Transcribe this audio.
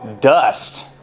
dust